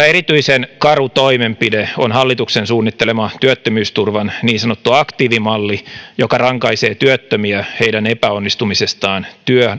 erityisen karu toimenpide on hallituksen suunnittelema työttömyysturvan niin sanottu aktiivimalli joka rankaisee työttömiä heidän epäonnistumisestaan